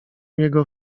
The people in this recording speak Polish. jego